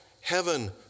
heaven